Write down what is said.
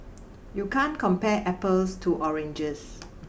you can't compare apples to oranges